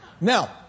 now